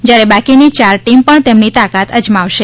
જયારે બાકીની ચાર ટીમ પણ તેમની તાકાત અજમાવશે